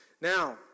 Now